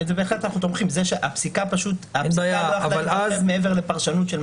הפסיקה עולה מעבר לפרשנות.